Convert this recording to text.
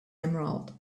emerald